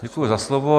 Děkuji za slovo.